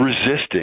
resisting